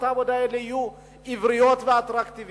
העבודה האלה יהיו עבריים ואטרקטיביים.